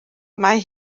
mae